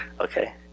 Okay